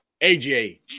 AJ